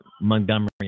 Montgomery